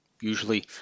usually